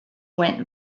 went